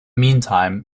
meantime